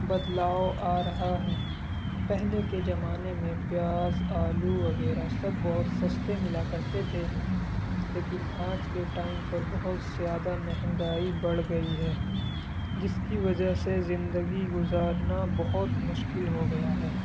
بدلاؤ آ رہا ہے پہلے کے زمانے میں پیاز آلو وغیرہ سب بہت سستے ملا کرتے تھے لیکن آج کے ٹائم پر بہت زیادہ مہنگائی بڑھ گئی ہے جس کی وجہ سے زندگی گزارنا بہت مشکل ہو گیا ہے